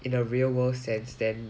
in a real world sense then